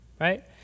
right